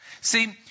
See